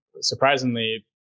surprisingly